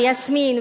יסמין,